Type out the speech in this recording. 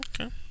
Okay